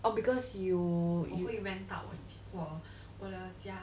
oh because you you